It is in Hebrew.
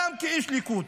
גם כאיש ליכוד,